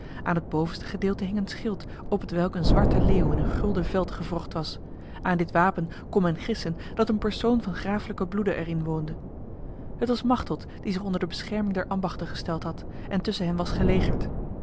aan het bovenste gedeelte hing een schild op hetwelk een zwarte leeuw in een gulden veld gewrocht was aan dit wapen kon men gissen dat een persoon van graaflijken bloede erin woonde het was machteld die zich onder de bescherming der ambachten gesteld had en tussen hen was gelegerd